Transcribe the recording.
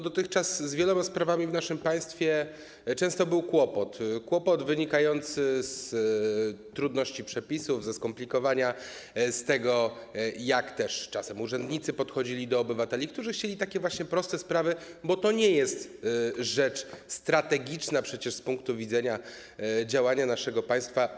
Dotychczas z wieloma sprawami w naszym państwie często był kłopot, kłopot wynikający z trudności przepisów, ze skomplikowania, z tego, jak też czasem urzędnicy podchodzili do obywateli, którzy chcieli załatwić takie właśnie proste sprawy, bo przecież to nie jest rzecz strategiczna z punktu widzenia działania naszego państwa.